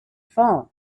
phone